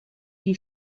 die